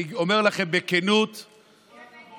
אני אומר לכם בכנות, תהיה נגד.